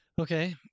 Okay